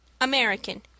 American